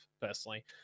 personally